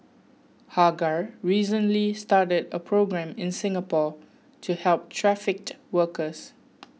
Hagar recently started a programme in Singapore to help trafficked workers